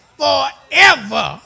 forever